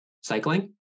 cycling